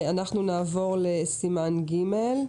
נעבור לסימן ג'.